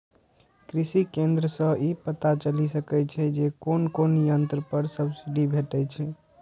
कृषि केंद्र सं ई पता चलि सकै छै जे कोन कोन यंत्र पर सब्सिडी भेटै छै